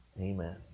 Amen